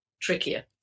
trickier